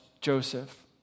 Joseph